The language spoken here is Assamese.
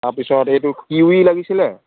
তাৰপিছত এইটো কিৱি লাগিছিলে